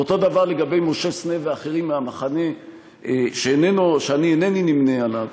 ואותו דבר לגבי משה סנה ואחרים מהמחנה שאני אינני נמנה עמו,